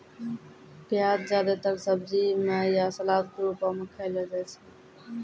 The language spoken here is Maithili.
प्याज जादेतर सब्जी म या सलाद क रूपो म खयलो जाय छै